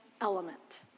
element